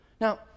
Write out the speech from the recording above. Now